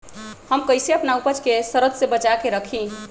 हम कईसे अपना उपज के सरद से बचा के रखी?